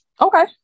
Okay